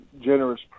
generous